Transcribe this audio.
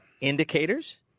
indicators